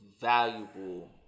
valuable